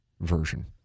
version